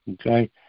okay